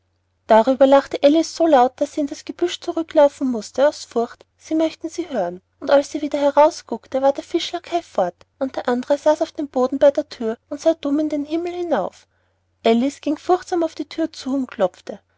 darüber lachte alice so laut daß sie in das gebüsch zurücklaufen mußte aus furcht sie möchten sie hören und als sie wieder herausguckte war der fisch lackei fort und der andere saß auf dem boden bei der thür und sah dumm in den himmel hinauf alice ging furchtsam auf die thür zu und klopfte